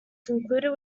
concluded